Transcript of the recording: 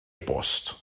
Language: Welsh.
bost